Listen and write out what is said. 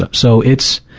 ah so it's,